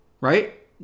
right